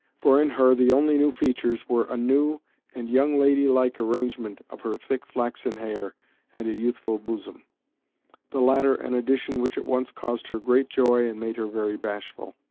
for in her the only new features were a new and young-lady-like arrangement of her thick flaxen hair and a youthful bosom the latter an addition which at once caused her great joy and made her very bashful.